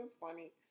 funny